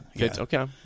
okay